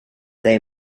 they